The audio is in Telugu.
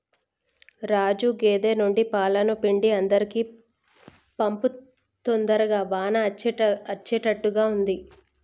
రాజు గేదె నుండి పాలను పిండి అందరికీ పంపు తొందరగా వాన అచ్చేట్టుగా ఉంది